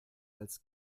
als